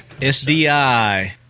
SDI